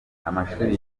amashuri